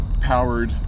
powered